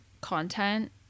content